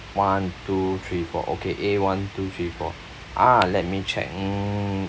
one two three four okay A one two three four ah let me check hmm